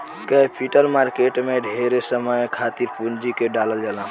capital market में ढेरे समय खातिर पूंजी के डालल जाला